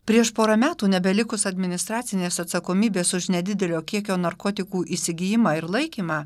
prieš porą metų nebelikus administracinės atsakomybės už nedidelio kiekio narkotikų įsigijimą ir laikymą